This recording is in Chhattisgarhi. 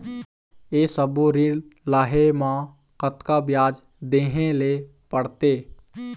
ये सब्बो ऋण लहे मा कतका ब्याज देहें ले पड़ते?